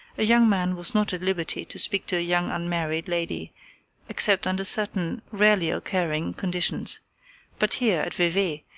a young man was not at liberty to speak to a young unmarried lady except under certain rarely occurring conditions but here at vevey,